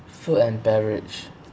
food and beverage